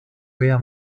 vea